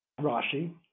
Rashi